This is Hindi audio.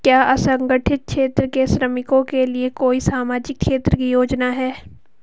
क्या असंगठित क्षेत्र के श्रमिकों के लिए कोई सामाजिक क्षेत्र की योजना है?